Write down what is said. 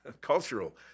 cultural